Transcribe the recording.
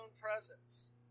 presence